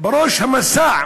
בראש המסע,